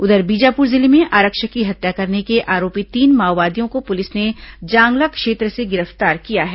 उधर बीजापुर जिले में आरक्षक की हत्या करने के आरोपी तीन माओवादियों को पुलिस ने जांगला क्षेत्र से गिरफ्तार किया है